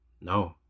No